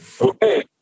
Okay